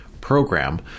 program